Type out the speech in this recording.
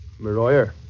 Maroyer